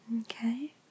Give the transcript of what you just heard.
okay